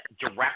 direct